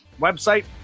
website